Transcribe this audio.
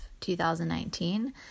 2019